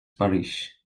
parish